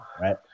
right